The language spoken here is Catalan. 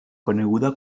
coneguda